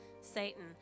Satan